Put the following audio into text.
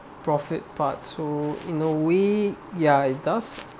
profit part so in a way ya it does